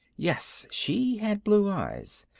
yes, she had blue eyes,